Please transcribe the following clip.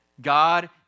God